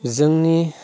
जोंनि